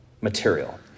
material